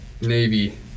Navy